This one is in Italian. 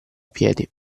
piedi